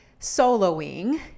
soloing